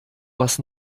was